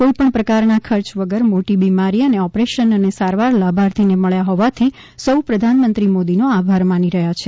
કોઈપણ પ્રકારના ખર્ચ વગર મોટી બીમારી માટે ઓપરેશન અને સારવાર લાભાર્થી ને મળ્યા હોવાથી સૌ પ્રધાનમંત્રી મોદી નો આભાર માની રહ્યા છે